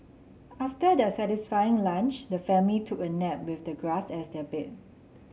after their satisfying lunch the family took a nap with the grass as their bed